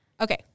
Okay